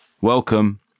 welcome